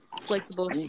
Flexible